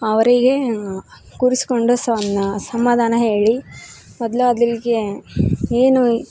ಅವರಿಗೆ ಕೂರಿಸ್ಕೊಂಡು ಸನ ಸಮಾಧಾನ ಹೇಳಿ ಮೊದಲು ಅವರಿಗೆ ಏನು